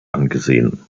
angesehen